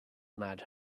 mad